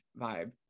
vibe